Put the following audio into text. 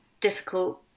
difficult